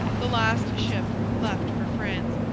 the last ship left for france.